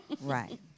Right